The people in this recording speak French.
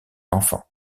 enfant